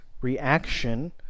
reaction